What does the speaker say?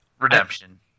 Redemption